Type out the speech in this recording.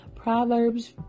Proverbs